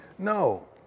No